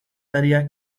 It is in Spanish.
tarea